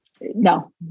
No